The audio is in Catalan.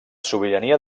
sobirania